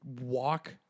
walk